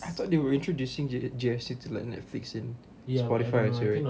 I thought they were introducing G_S_T to like netflix and spotify